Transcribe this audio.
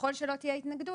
וככל שלא תהיה התנגדות,